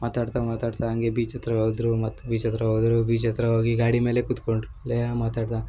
ಮಾತಾಡ್ತಾ ಮಾತಾಡ್ತಾ ಹಂಗೆ ಬೀಚ್ ಹತ್ರ ಹೋದ್ರು ಮತ್ತು ಬೀಚ್ ಹತ್ರ ಹೋದ್ರು ಬೀಚ್ ಹತ್ರ ಹೋಗಿ ಗಾಡಿ ಮೇಲೆ ಕುತ್ಕೊಂಡರು ಅಲ್ಲೇ ಮಾತಾಡ್ತಾ